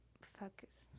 focus